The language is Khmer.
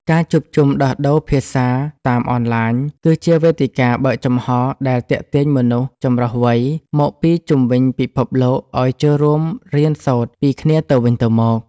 ការជួបជុំដោះដូរភាសាតាមអនឡាញ គឺជាវេទិកាបើកចំហដែលទាក់ទាញមនុស្សចម្រុះវ័យមកពីជុំវិញពិភពលោកឱ្យចូលរួមរៀនសូត្រពីគ្នាទៅវិញទៅមក។